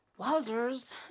Wowzers